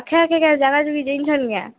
ପାଖେ ଆଖେ କାଏଁ ଜାଗାଜୁଗି ଜାନିଛନ୍ କାଏଁ